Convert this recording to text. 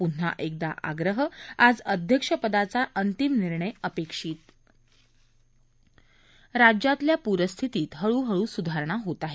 प्न्हा एकदा आग्रह आज अध्यक्षपदाचा अंतिम निर्णय अपेक्षित राज्यातल्या प्रस्थितीत हळू हळू सुधारणा होत आहे